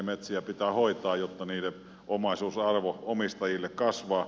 metsiä pitää hoitaa jotta niiden omaisuusarvo omistajille kasvaa